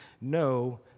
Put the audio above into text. no